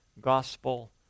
gospel